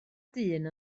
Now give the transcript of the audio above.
dyn